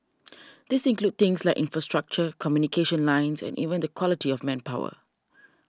these include things like infrastructure communication lines and even the quality of manpower